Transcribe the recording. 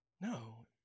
No